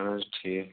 اَہَن حظ ٹھیٖک